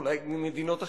גם ממדינות אחרות,